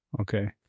Okay